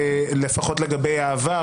לפחות לגבי העבר,